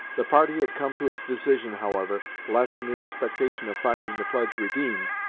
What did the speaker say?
the party had come to its decision, however, less in the expectation of finding the pledge redeemed,